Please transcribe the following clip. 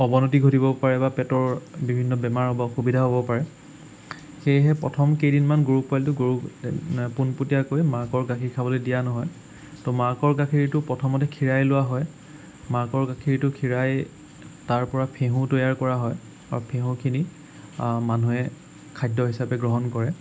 অৱনতি ঘটিব পাৰে বা পেটৰ বিভিন্ন বেমাৰ বা অসুবিধা হ'ব পাৰে সেয়েহে প্ৰথম কেইদিনমান গৰু পোৱালিটো গৰু পোনপটীয়াকৈ মাকৰ গাখীৰ খাবলৈ দিয়া নহয় ত' মাকৰ গাখীৰটো প্ৰথমতে খীৰাই লোৱা হয় মাকৰ গাখীৰটো খীৰাই তাৰ পৰা ফেহু তৈয়াৰ কৰা হয় আৰু ফেহুখিনি মানুহে খাদ্য হিচাপে গ্ৰহণ কৰে